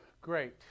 Great